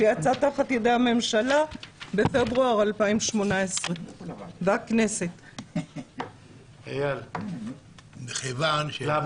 שיצא תחת ידי הממשלה והכנסת בפברואר 2018. אייל,